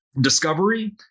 discovery